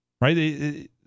Right